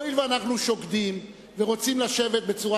הואיל ואנחנו שוקדים ורוצים לשבת בצורה